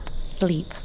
Sleep